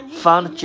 found